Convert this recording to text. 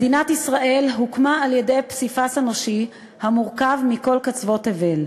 מדינת ישראל הוקמה על-ידי פסיפס אנושי המורכב מכל קצוות תבל.